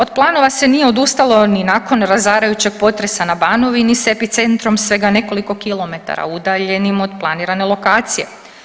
Od planova se nije odustalo ni nakon razarajućeg potresa na Banovini s epicentrom svega nekoliko kilometara udaljenim od planirane lokacije.